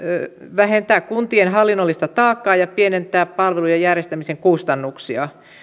vähentää kuntien hallinnollista taakkaa ja pienentää palvelujen järjestämisen kustannuksia